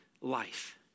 life